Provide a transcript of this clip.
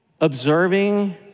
observing